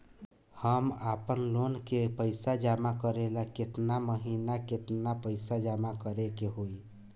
हम आपनलोन के पइसा जमा करेला केतना महीना केतना पइसा जमा करे के होई?